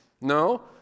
No